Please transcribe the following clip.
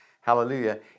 hallelujah